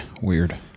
Weird